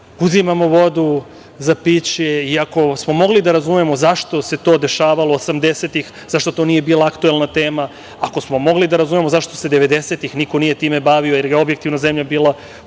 uzimamo vodu za piće i ako se mogli da razumemo zašto se to dešavalo 80-ih, zašto to nije bila aktuelna tema, ako smo mogli da razumemo zašto se 90-ih niko nije time bavio, jer je objektivno zemlja bila